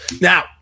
Now